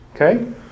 Okay